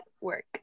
work